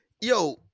Yo